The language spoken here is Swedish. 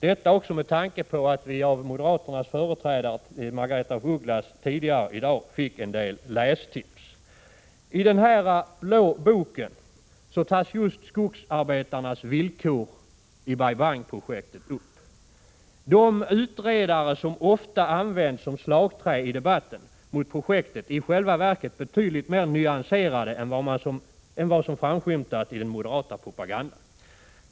Detta gör jag också med tanke på att vi av moderaternas företrädare Margaretha af Ugglas tidigare i dag fick en del lästips. I den här blå boken tas just skogsarbetarnas villkor i Bai Bang upp. De utredare som i debatten ofta används som slagträ mot projektet är betydligt mer nyanserade än vad som framskymtat i den moderata propagandan.